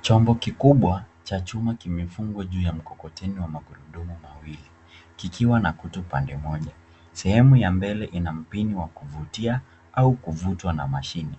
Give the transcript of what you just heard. Chombo kikubwa cha chuma kimefungwa juu ya mkokoteni wa magurudumu mawili kikiwa na kutu upande mmoja. Sehemu ya mbele ina mpini wa kuvutia au kuvutwa na mashini.